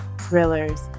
thrillers